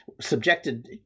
subjected